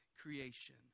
creation